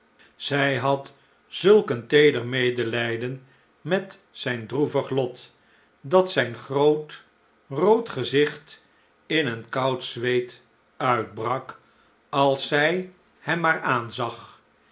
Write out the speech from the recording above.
zij had zulk een teeder medelijden met zijn droevig lot dat zijn groot rood gezicht in een koud zweet uitbrak als zij hem maar aanzag